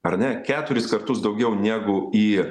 ar ne keturis kartus daugiau negu į